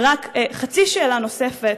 ורק חצי שאלה נוספת,